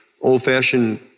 old-fashioned